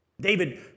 David